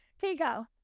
Pico